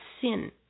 sin